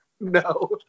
No